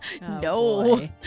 No